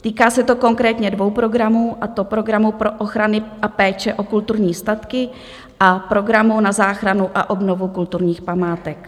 Týká se to konkrétně dvou programů, a to programu pro ochrany a péče o kulturní statky a programu na záchranu a obnovu kulturních památek.